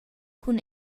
cun